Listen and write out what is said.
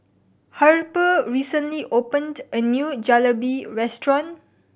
Harper recently opened a new Jalebi Restaurant